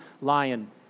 lion